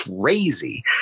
crazy